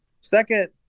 second